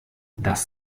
dass